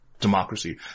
democracy